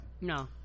no